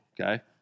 okay